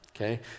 Okay